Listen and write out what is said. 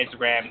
Instagram